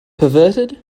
perverted